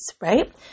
right